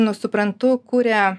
nu suprantu kuria